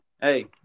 Hey